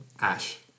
Ash